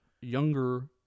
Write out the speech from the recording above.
younger